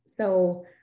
So-